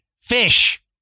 fish